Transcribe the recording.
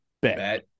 bet